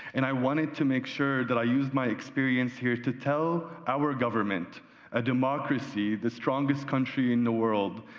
and i wanted to make sure that i used my experience here to tell our government a democracy, the strongest country in the world,